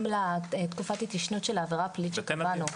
לתקופת התיישנות של העבירה הפלילית שקבענו.